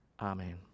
amen